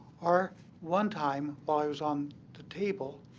or one time, while i was on the table,